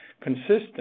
consistent